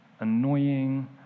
annoying